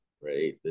right